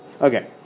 Okay